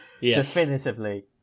Definitively